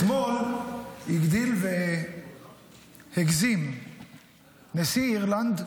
אתמול הגדיל והגזים נשיא אירלנד,